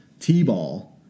t-ball